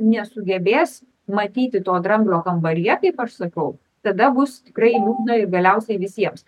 nesugebės matyti to dramblio kambaryje kaip aš sakau tada bus tikrai liūdna ir galiausiai visiems